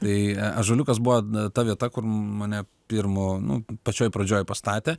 tai ąžuoliukas buvo ta vieta kur mane pirmu nu pačioj pradžioj pastatė